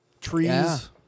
trees